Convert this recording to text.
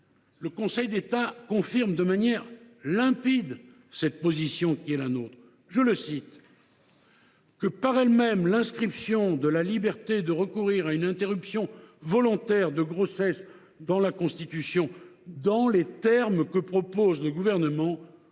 le Conseil d’État confirme de manière limpide cette position qui est la nôtre :« Par elle même, l’inscription de la liberté de recourir à une interruption volontaire de grossesse dans la Constitution, dans les termes que propose le Gouvernement,